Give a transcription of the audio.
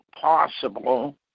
possible